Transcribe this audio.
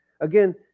again